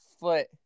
foot